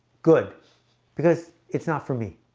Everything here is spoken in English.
good because it's not for me.